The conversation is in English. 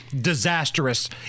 disastrous